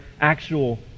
actual